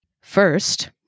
First